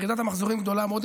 וירידת המחזורים גדולה מאוד,